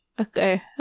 Okay